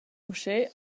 uschè